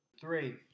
Three